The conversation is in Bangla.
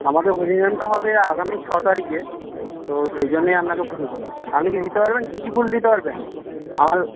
আমাদের হরিনামটা হবে আগামী ছয় তারিখে তো সেইজন্য আপনাকে ফোন করা আপনি কি দিতে পারবেন কী কী ফুল দিতে পারবেন আমার